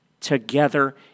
together